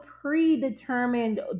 predetermined